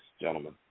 gentlemen